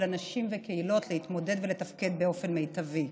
אנשים וקהילות להתמודד ולתפקד באופן מיטבי.